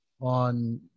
on